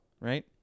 Right